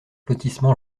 lotissement